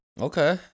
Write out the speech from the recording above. Okay